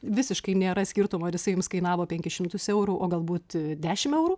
visiškai nėra skirtumo ar jisai jums kainavo penkis šimtus eurų o galbūt dešim eurų